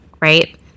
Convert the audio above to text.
Right